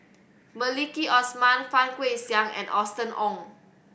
Maliki Osman Fang Guixiang and Austen Ong